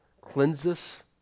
cleanses